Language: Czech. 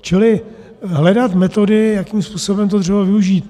Čili hledat metody, jakým způsobem to dřevo využít.